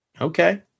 Okay